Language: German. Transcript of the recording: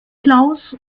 klaus